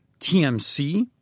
TMC